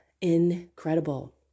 Incredible